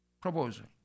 proposal